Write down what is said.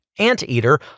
anteater